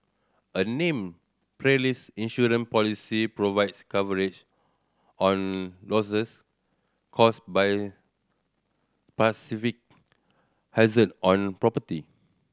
a named perils insurance policy provides coverage on losses caused by hazard on property